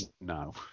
no